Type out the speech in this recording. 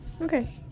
okay